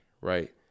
right